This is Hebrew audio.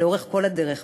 שלאורך כל הדרך,